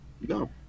no